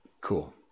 Cool